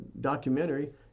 documentary